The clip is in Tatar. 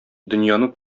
дөньяны